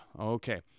Okay